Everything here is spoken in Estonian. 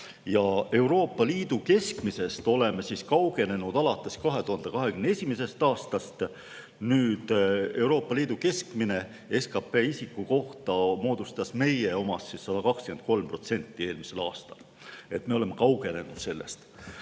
Euroopa Liidu keskmisest oleme kaugenenud alates 2021. aastast. Euroopa Liidu keskmine SKP isiku kohta moodustas meie omast eelmisel aastal 123%. Me oleme sellest